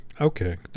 Okay